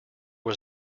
was